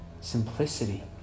simplicity